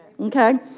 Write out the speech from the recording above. Okay